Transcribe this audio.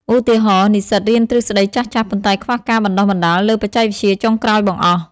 ឧទាហរណ៍ និស្សិតរៀនទ្រឹស្តីចាស់ៗ ប៉ុន្តែខ្វះការបណ្តុះបណ្តាលលើបច្ចេកវិទ្យាចុងក្រោយបង្អស់។